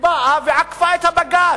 ועקפה את בג"ץ,